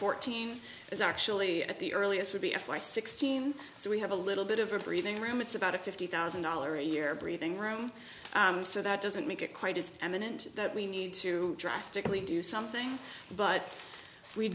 fourteen is actually at the earliest would be f y sixteen so we have a little bit of a breathing room it's about a fifty thousand dollars a year breathing room so that doesn't make it quite as eminent that we need to drastically do something but we